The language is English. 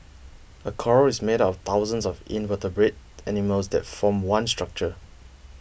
a coral is made up of thousands of invertebrate animals that form one structure